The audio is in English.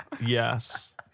Yes